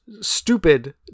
stupid